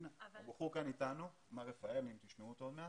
הנה, נמצא אתנו כאן רפאל, תשמעו אותו עוד מעט,